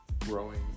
growing